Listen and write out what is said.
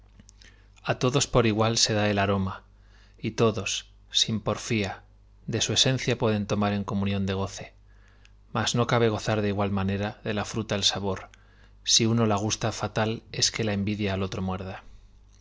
a todos por igual se da el aroma y todos sin porfía de su esencia pueden tomar en comunión de goce mas no cabe gozar de igual manera de la fruta el sabor si uno la gusta fatal es que la envidia al otro muerda